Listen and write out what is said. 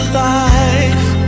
life